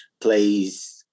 plays